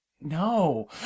No